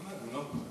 עמדתי.